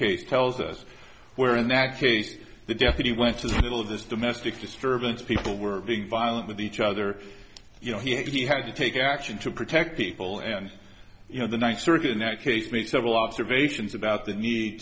case tells us where inaccuracies the deputy went to the middle of this domestic disturbance people were being violent with each other you know he had to take action to protect people and you know the ninth circuit in that case made several observations about the need